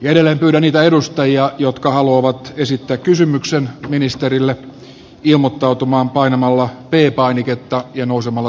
edelleen tuoda niitä edustajia jotka haluavat esittää kysymyksen ministerillä ilmottautumaan painamalla peli painiketta ja nousemalla